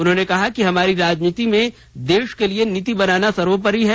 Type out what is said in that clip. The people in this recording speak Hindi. उन्होंने कहा कि हमारी राजनीति में देश के लिए नीति बनाना सर्वोपरि है